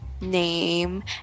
name